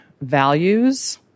values